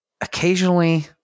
occasionally